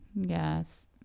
yes